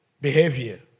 behavior